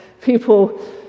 people